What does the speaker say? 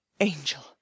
Angel